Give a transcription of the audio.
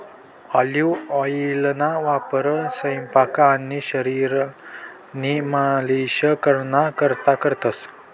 olive ऑइलना वापर सयपाक आणि शरीरनी मालिश कराना करता करतंस